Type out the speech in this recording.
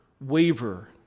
waver